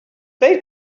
play